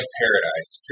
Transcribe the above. paradise